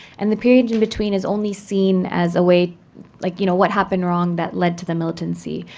and the period in between is only seen as a way like you know, what happened wrong that led to the militancy.